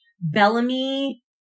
Bellamy